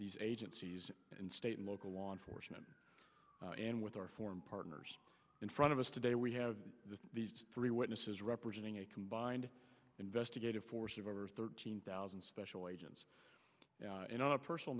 these agencies and state and local law enforcement and with our foreign partners in front of us today we have three witnesses representing a combined investigative for survivors thirteen thousand special agents and on a personal